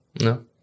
No